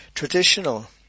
Traditional